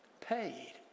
paid